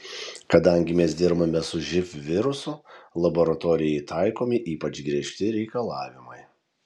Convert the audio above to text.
kadangi mes dirbame su živ virusu laboratorijai taikomi ypač griežti reikalavimai